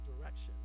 direction